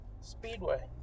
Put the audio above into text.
speedway